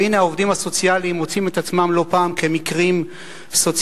והנה העובדים הסוציאליים מוצאים את עצמם לא פעם כמקרים סוציאליים.